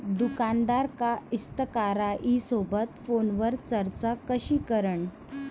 दुकानदार कास्तकाराइसोबत फोनवर चर्चा कशी करन?